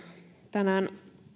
tänään